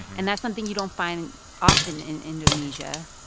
and that's something you don't find often in indonesia.